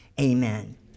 Amen